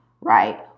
right